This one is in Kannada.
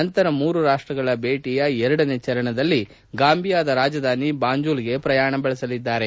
ನಂತರ ಮೂರು ರಾಷ್ಟಗಳ ಭೇಟಿಯ ಎರಡನೇ ಚರಣದಲ್ಲಿ ಗಾಂಭಿಯಾದ ರಾಜಧಾನಿ ಬಾಂಜುಲ್ ಗೆ ಪ್ರಯಾಣಿಸಲಿದ್ದಾರೆ